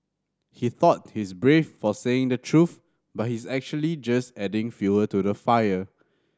he thought he's brave for saying the truth but he's actually just adding fuel to the fire